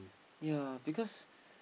ya because